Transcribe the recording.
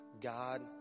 God